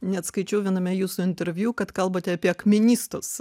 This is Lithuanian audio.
net skaičiau viename jūsų interviu kad kalbate apie akmenistus